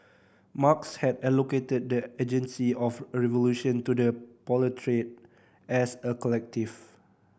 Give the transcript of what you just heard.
Marx had allocated the agency of revolution to the proletariat as a collective